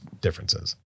differences